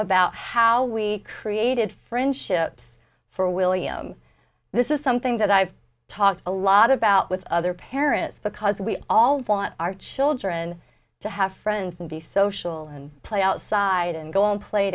about how we created friendships for william this is something that i've talked a lot about with other parents because we all want our children to have friends and be social and play outside and go on play